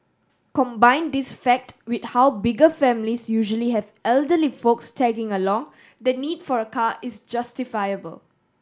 combine this fact with how bigger families usually have elderly folks tagging along the need for a car is justifiable